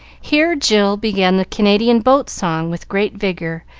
here jill began the canadian boat-song, with great vigor,